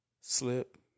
slip